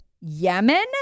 Yemen